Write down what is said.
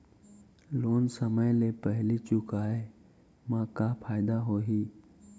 Loan समय ले पहिली चुकाए मा का फायदा होही?